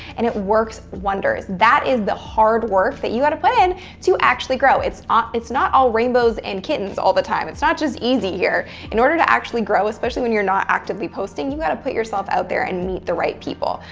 and it works wonders. that is the hard work that you got to put in to actually grow. it's ah it's not all rainbows and kittens all the time. it's not just easy here. in order to actually grow, especially when you're not actively posting. you got to put yourself out there and meet the right people.